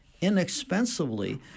inexpensively